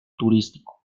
turístico